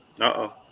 Uh-oh